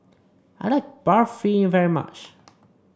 I like Barfi very much